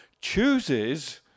chooses